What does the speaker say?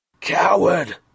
Coward